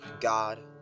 God